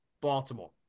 Baltimore